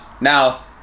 now